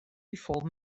before